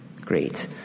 Great